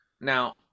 Now